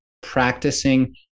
practicing